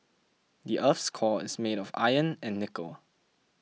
the earth's core is made of iron and nickel